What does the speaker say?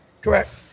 Correct